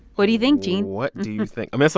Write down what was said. what do you think, gene? what do you think? i mean, so